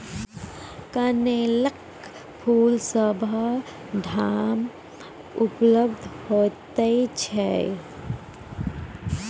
कनेलक फूल सभ ठाम उपलब्ध होइत छै